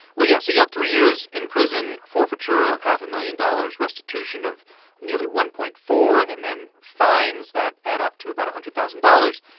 well, yes. he got three years in prison, forfeiture of half a million dollars, restitution of nearly one point four and then fines that add up to about a hundred thousand dollars.